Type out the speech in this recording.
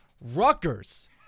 Rutgers